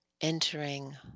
entering